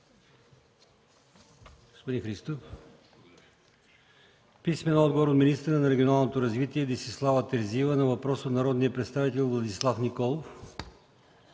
Любомир Христов и Донка Иванова; - министъра на регионалното развитие Десислава Терзиева на въпрос от народния представител Владислав Николов;